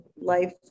life